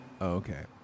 Okay